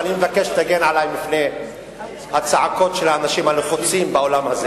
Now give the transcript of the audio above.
ואני מבקש שתגן עלי בפני הצעקות של האנשים הלחוצים באולם הזה